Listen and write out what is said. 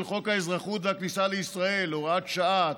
חוק האזרחות והכניסה לישראל (הוראת שעה),